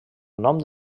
nom